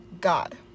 God